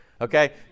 Okay